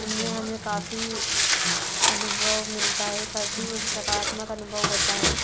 उन में हमें काफ़ी अनुभव मिलता है काफ़ी साकारात्मक अनुभव होता है